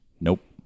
Nope